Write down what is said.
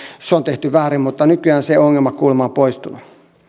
se on tehty väärin mutta nykyään se ongelma kuulemma on poistunut